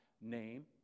name